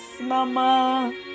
Mama